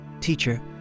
Teacher